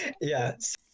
Yes